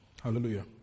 Hallelujah